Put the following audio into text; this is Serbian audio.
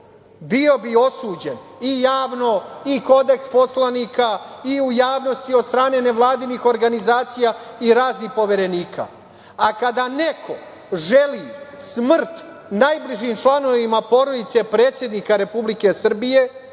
bio bi osuđen i javno i Kodeks poslanika i u javnosti od strane nevladinih organizacija i raznih poverenika. Kada neko želi smrt najbližim članovima porodice predsednika Republike Srbije